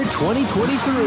2023